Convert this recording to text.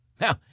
Now